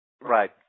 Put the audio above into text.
Right